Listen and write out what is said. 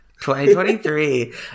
2023